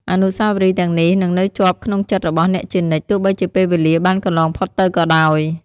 អនុស្សាវរីយ៍ទាំងនេះនឹងនៅជាប់ក្នុងចិត្តរបស់អ្នកជានិច្ច ទោះបីជាពេលវេលាបានកន្លងផុតទៅក៏ដោយ។